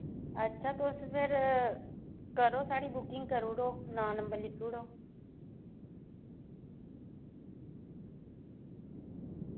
अच्छा तुस फिर करो साढ़ी बुकिंग करी ओड़ो नांऽ नम्बर लिखी ओड़ो